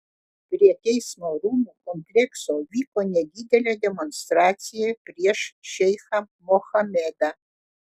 prie teismo rūmų komplekso vyko nedidelė demonstracija prieš šeichą mohamedą